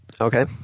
Okay